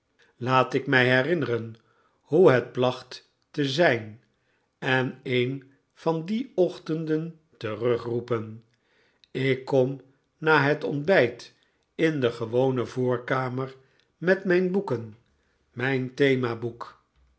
laat ik mij herinneren hoe het placht te zijn en een van die ochtenden terugroepen ik kom na het ontbijt in de gewone voorkamer met mijn boeken mijn themaboek